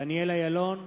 דניאל אילון,